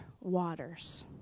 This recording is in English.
waters